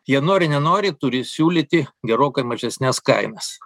jie nori nenori turi siūlyti gerokai mažesnes kainas